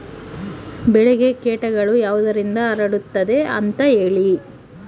ಬೆಳೆಗೆ ಕೇಟಗಳು ಯಾವುದರಿಂದ ಹರಡುತ್ತದೆ ಅಂತಾ ಹೇಳಿ?